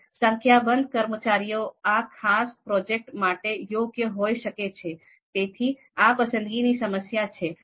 હવે સંખ્યાબંધ કર્મચારીઓ આ ખાસ પ્રોજેક્ટ માટે યોગ્ય હોઈ શકે છે તેથી આ પસંદગીની સમસ્યા છે